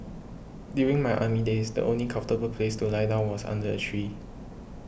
during my army days the only comfortable place to lie down was under a tree